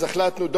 החלטנו,